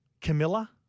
Camilla